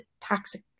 toxic